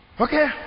Okay